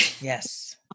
Yes